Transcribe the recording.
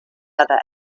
other